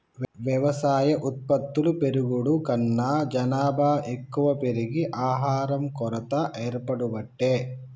వ్యవసాయ ఉత్పత్తులు పెరుగుడు కన్నా జనాభా ఎక్కువ పెరిగి ఆహారం కొరత ఏర్పడబట్టే